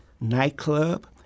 nightclub